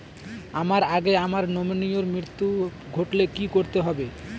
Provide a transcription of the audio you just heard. আমার আগে আমার নমিনীর মৃত্যু ঘটলে কি করতে হবে?